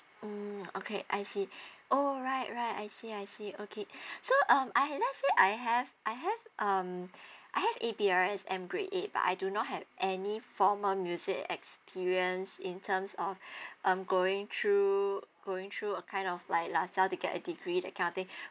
mm okay I see orh right right I see I see okay so um I let say I have I have um I have A_B_R_S_M grade eight but I do not have any formal music experience in terms of um going through going through a kind of like L_R_S_M to get a degree that kind of thing